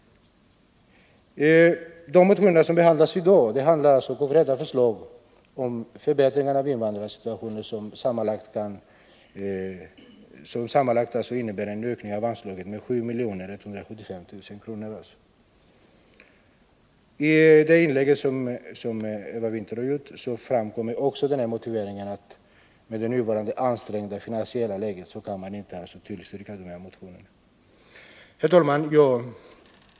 De vpk-motioner som behandlas i dag gäller konkreta förslag om förbättringar av invandrarnas situation som sammanlagt innebär en ökning av anslagen med 7 175 000 kr. Också i det inlägg som Eva Winther gjorde framfördes motiveringen att man med nuvarande ansträngda finansiella läge inte kan tillstyrka de här motionerna. Herr talman!